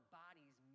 bodies